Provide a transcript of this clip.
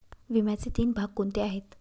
विम्याचे तीन भाग कोणते आहेत?